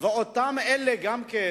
ואלה גם כן